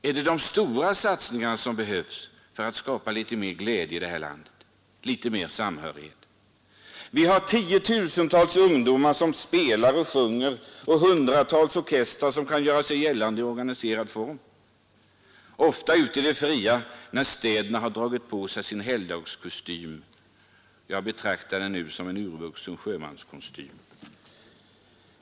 Är det de stora satsningarna som behövs för att skapa litet mer glädje och samhörighet i det här landet? Vi har tiotusentals ungdomar, som spelar och sjunger, och hundratals orkestrar som kunde göra sig gällande i organiserad form, ofta ute i det fria när städerna dragit på sig sin helgdagskostym — jag betraktar den nu som en urvuxen sjömanskostym.